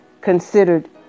considered